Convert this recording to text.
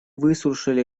выслушали